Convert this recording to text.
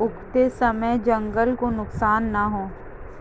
उगाते समय जंगल को नुकसान ना हो